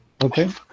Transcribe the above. Okay